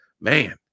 Man